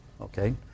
Okay